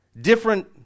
different